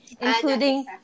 including